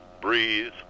breathe